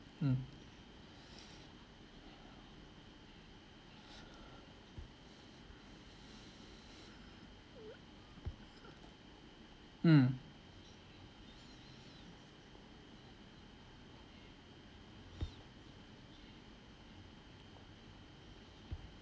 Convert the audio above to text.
mm mm